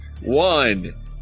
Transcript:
one